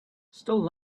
still